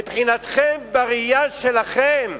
מבחינתכם, בראייה שלכם,